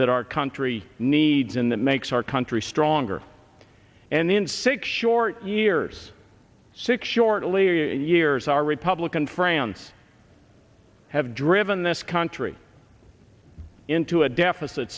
that our country needs in that makes our country stronger and in six short years six short lia years our republican friends have driven this country into a deficit